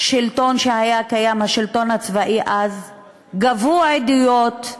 השלטון הצבאי שהיה קיים שם, גבו עדויות,